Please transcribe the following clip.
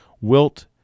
Wilt